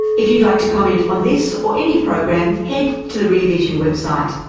if you'd like to comment on this, or any program, head to the rear vision website.